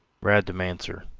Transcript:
rhadomancer,